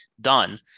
done